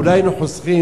ואולי היינו חוסכים,